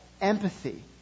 empathy